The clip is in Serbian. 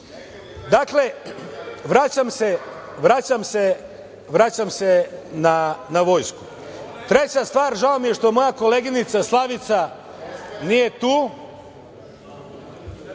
to. Dakle, vraćam se na Vojsku treća stvar žao mi je što moja koleginica Slavica nije tu.